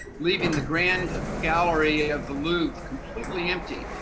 leaving the grand gallery of the louvre completely empty.